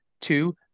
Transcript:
two